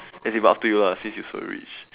as in but up to you lah since you so rich